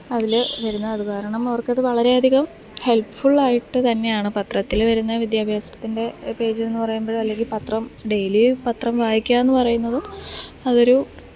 അതിൽ വരുന്ന അതു കാരണം അവര്ക്ക് അത് വളരെയധികം ഹെല്പ്ഫുള്ളായിട്ട് തന്നെയാണ് പത്രത്തിൽ വരുന്നത് വിദ്യാഭ്യാസത്തിന്റെ പേജെന്ന് പറയുമ്പോൾ അല്ലെങ്കിൽ പത്രം ഡെയിലി പത്രം വായിക്കുക എന്ന് പറയുന്നതും അതൊരു